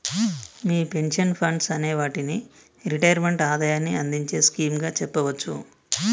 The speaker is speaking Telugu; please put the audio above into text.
మీ పెన్షన్ ఫండ్స్ అనే వాటిని రిటైర్మెంట్ ఆదాయాన్ని అందించే స్కీమ్ గా చెప్పవచ్చు